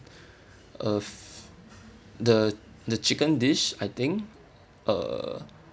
uh the the chicken dish I think uh